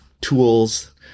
tools